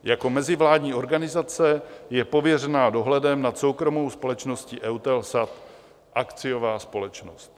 Jako mezivládní organizace je pověřena dohledem nad soukromou společností EUTELSAT, akciová společnost.